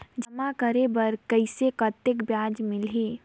जमा करे बर कइसे कतेक ब्याज मिलही?